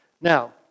Now